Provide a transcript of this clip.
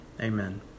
Amen